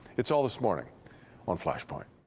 it's all this morning on flash point.